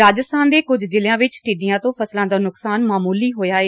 ਰਾਜਸਬਾਨ ਦੇ ਕੁਝ ਜਿਲ੍ਜਿਆ ਵਿੱਚ ਟਿੱਡੀਆਂ ਤੋ ਫਸਲਾਂ ਦਾ ਨੁਕਸਾਨ ਮਾਮੁਲੀ ਹੋਇਆ ਏ